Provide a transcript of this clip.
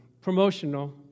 promotional